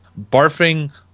barfing